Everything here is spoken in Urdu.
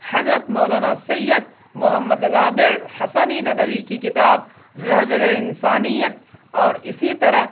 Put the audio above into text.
حضرت مولانا سید محمد رابع حسنی ندوی کی کتاب رہبر انسانیت اور اسی طرح